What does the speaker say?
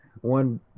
One